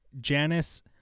Janice